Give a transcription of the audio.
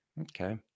okay